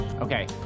Okay